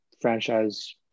franchise